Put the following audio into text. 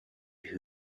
who